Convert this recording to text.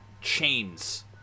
chains